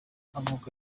avuka